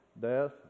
death